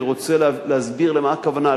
אני רוצה להסביר למה הכוונה,